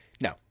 No